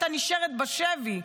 הייתה נשארת בשבי.